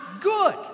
good